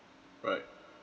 right